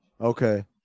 okay